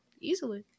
easily